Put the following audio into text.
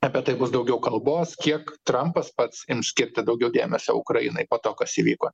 apie tai bus daugiau kalbos kiek trampas pats ims skirti daugiau dėmesio ukrainai po to kas įvyko